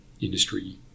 industry